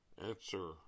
Answer